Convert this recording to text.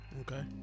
Okay